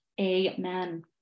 Amen